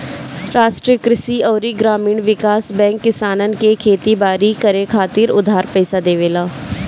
राष्ट्रीय कृषि अउरी ग्रामीण विकास बैंक किसानन के खेती बारी करे खातिर उधार पईसा देवेला